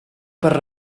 per